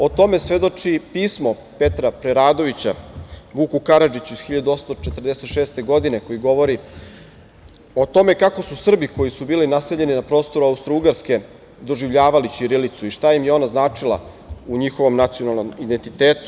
O tome svedoči pismo Petra Preradovića Vuku Karadžiću iz 1846. godine, koje govori o tome kako su Srbi koji su bili naseljeni na prostoru Austrougarske doživljavali ćirilicu i šta im je ona značila u njihovom nacionalnom identitetu.